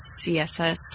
CSS